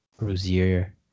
Rozier